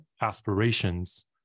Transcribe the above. aspirations